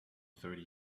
thirty